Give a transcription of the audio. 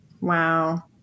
wow